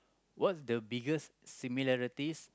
what's the biggest similarities